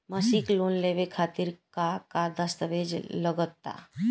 मसीक लोन लेवे खातिर का का दास्तावेज लग ता?